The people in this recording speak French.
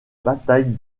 bataille